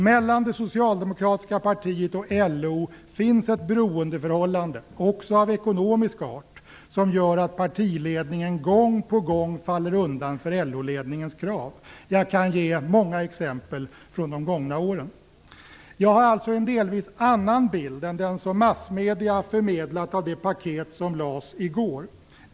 Mellan det socialdemokratiska partiet och LO finns ett beroendeförhållande, också av ekonomisk art, som gör att partiledningen gång på gång faller undan för LO-ledningens krav. Jag kan ge många exempel från de gångna åren. Jag har alltså en delvis annan bild än den som massmedierna förmedlat av det paket som lades fram i går.